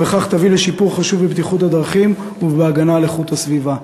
ובכך תביא לשיפור חשוב בבטיחות הדרכים ובהגנה על איכות הסביבה.